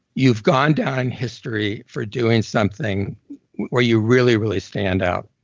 you've gone down in history for doing something where you really, really stand out.